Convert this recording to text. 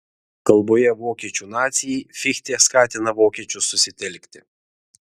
kalboje vokiečių nacijai fichtė skatina vokiečius susitelkti